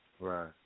Right